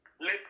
Let